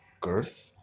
girth